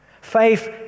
Faith